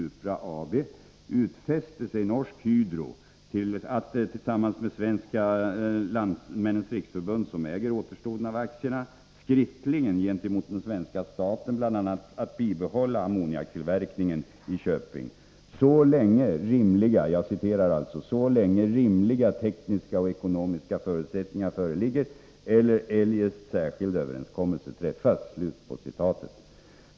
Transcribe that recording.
som äger återstoden av aktierna, skriftligen gentemot den svenska staten att bl.a. bibehålla ammoniaktillverkningen i Köping ”så länge rimliga tekniska och ekonomiska förutsättningar föreligger eller eljest särskild överenskommelse träffas”.